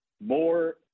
more